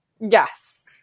Yes